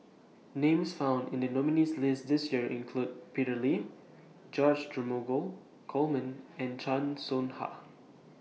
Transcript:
Names found in The nominees' list This Year include Peter Lee George Dromgold Coleman and Chan Soh Ha